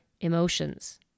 emotions